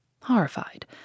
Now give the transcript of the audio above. Horrified